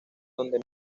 donde